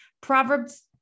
Proverbs